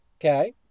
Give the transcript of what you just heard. Okay